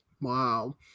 Wow